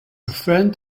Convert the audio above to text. friend